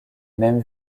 mêmes